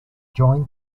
joined